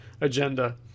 agenda